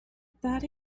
that